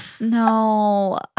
no